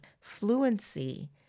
fluency